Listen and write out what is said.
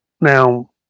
Now